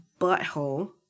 butthole